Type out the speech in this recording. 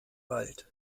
wald